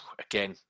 Again